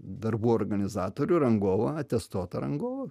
darbų organizatorių rangovą atestuotą rangovą